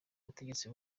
ubutegetsi